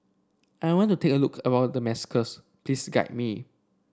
I want to take a look around Damascus please guide me